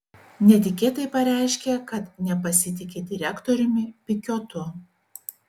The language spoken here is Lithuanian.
netikėtai pareiškė kad nepasitiki direktoriumi pikiotu